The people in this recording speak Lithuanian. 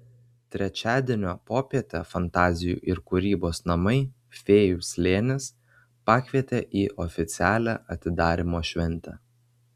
trečiadienio popietę fantazijų ir kūrybos namai fėjų slėnis pakvietė į oficialią atidarymo šventę